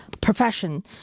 profession